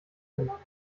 genannt